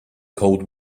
cold